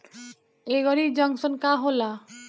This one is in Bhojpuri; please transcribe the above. एगरी जंकशन का होला?